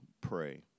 pray